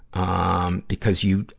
um, because you,